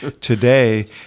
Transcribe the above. today